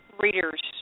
Readers